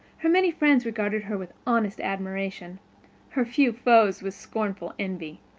her many friends regarded her with honest admiration her few foes with scornful envy.